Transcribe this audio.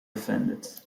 offended